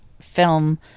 film